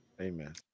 Amen